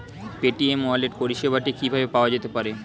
Paytm e wallet পরিষেবাটি কিভাবে পাওয়া যেতে পারে?